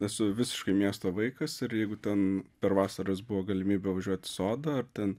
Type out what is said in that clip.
esu visiškai miesto vaikas ir jeigu ten per vasaras buvo galimybė važiuot į sodą ar ten